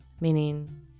meaning